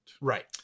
right